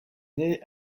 née